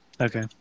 Okay